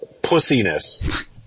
pussiness